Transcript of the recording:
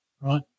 Right